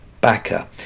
Backer